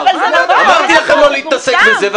המשטרה לא הסיקה מסקנות.